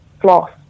floss